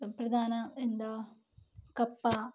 O പ്രധാന എന്താ കപ്പ